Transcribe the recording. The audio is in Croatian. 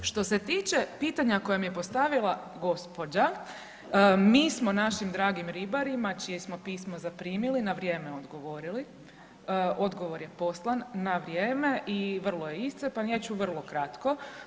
Što se tiče pitanja koja mi je postavila gospođa, mi smo našim dragim ribarima čije smo pismo zaprimili, na vrijeme odgovorili, odgovor je poslan na vrijeme i vrlo je iscrpan, ja ću vrlo kratko.